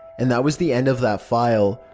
and that was the end of that file.